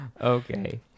okay